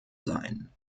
sein